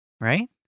Right